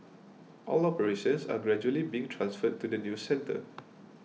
all operations are gradually being transferred to the new centre